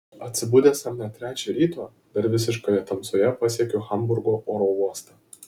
atsibudęs ar ne trečią ryto dar visiškoje tamsoje pasiekiu hamburgo oro uostą